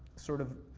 sort of,